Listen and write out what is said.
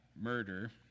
murder